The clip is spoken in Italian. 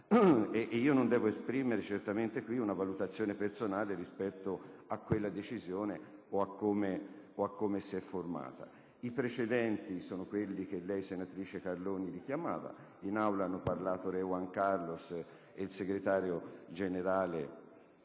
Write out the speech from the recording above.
io non devo esprimere qui una valutazione personale rispetto a tale decisione o a come ad essa si è addivenuti. I precedenti sono quelli che lei, senatrice Carloni, richiamava: in Aula hanno parlato re Juan Carlos e il Segretario generale